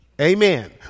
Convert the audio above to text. Amen